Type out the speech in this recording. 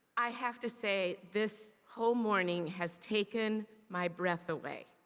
i have to say, this whole morning has taken my breath away.